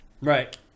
right